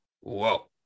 whoa